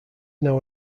now